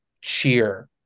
cheer